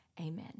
Amen